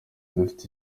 dufite